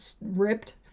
ripped